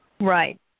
Right